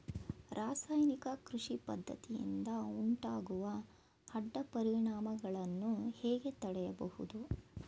ರಾಸಾಯನಿಕ ಕೃಷಿ ಪದ್ದತಿಯಿಂದ ಉಂಟಾಗುವ ಅಡ್ಡ ಪರಿಣಾಮಗಳನ್ನು ಹೇಗೆ ತಡೆಯಬಹುದು?